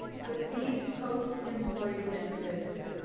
with these post-employee benefits,